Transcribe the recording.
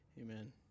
Amen